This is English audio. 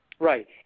Right